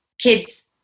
Kids